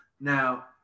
Now